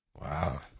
Wow